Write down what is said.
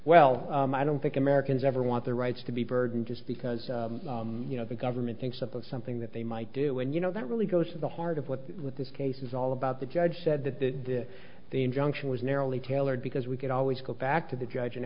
well i don't think americans ever want their rights to be burdened just because you know the government thinks of something that they might do and you know that really goes to the heart of what with this case is all about the judge said that the that the injunction was narrowly tailored because we could always go back to the judge and